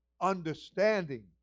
understanding